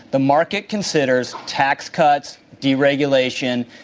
the market considers tax cuts, deregulation,